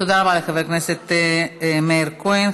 תודה רבה, חבר הכנסת מאיר כהן.